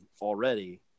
already